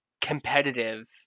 competitive